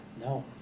No